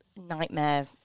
nightmare